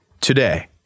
today